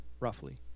roughly